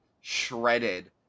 shredded